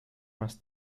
más